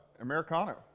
Americano